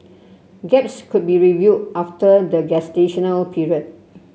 gaps could be reviewed after the gestational period